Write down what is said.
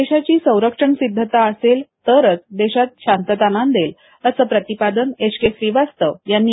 देशाची संरक्षण सिद्धता असेल तरच देशात शांतता नांदेल असं प्रतिपादन एस के श्रीवास्तव यांनी केल